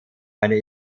eine